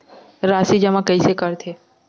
राशि जमा कइसे करथे?